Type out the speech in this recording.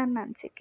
ನನ್ನ ಅನಿಸಿಕೆ